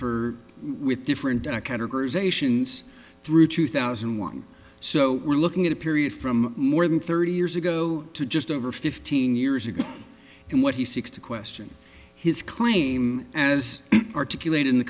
for with different categorizations through two thousand and one so we're looking at a period from more than thirty years ago to just over fifteen years ago and what he seeks to question his claim as articulate in the